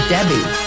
Debbie